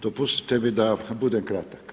Dopustite mi da budem kratak.